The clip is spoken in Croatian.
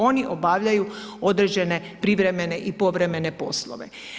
Oni obavljaju određene privremene i povremene poslove.